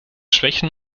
schwächen